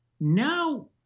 Now